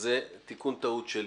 זה תיקון טעות שלי.